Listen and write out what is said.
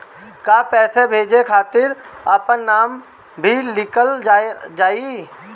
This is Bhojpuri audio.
का पैसा भेजे खातिर अपने नाम भी लिकल जाइ?